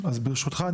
אז ברשותך,